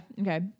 okay